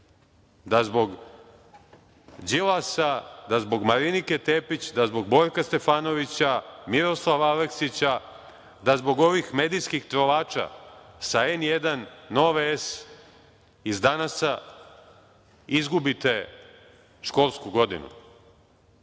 da zbog Đilasa, da zbog Marinike Tepić, da zbog Borka Stefanovića, Miroslava Aleksića, da zbog ovih medijskih trovača sa N1, Nove S, iz „Danas“ izgubite školsku godinu.